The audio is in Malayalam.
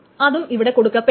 അതും ഇവിടെ കൊടുക്കപ്പെടില്ല